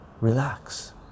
Relax